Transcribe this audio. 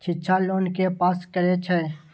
शिक्षा लोन के पास करें छै?